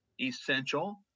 essential